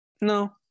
No